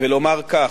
ולומר כך: